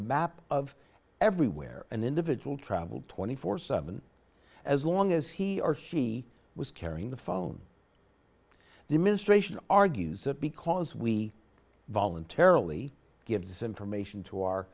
map of everywhere an individual traveled twenty four seven as long as he or she was carrying the phone the administration argues that because we voluntarily gives information to our